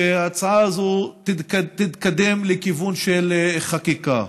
שההצעה הזאת תתקדם לכיוון של חקיקה.